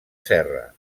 serra